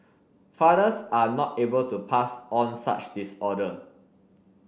fathers are not able to pass on such disorder